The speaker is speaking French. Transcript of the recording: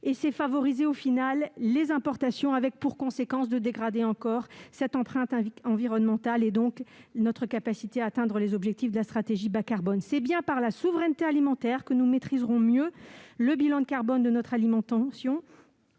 et favorise les importations, ce qui dégrade notre empreinte environnementale et réduit notre capacité à atteindre les objectifs de la stratégie bas-carbone. C'est bien par la souveraineté alimentaire que nous maîtriserons mieux le bilan carbone de notre alimentation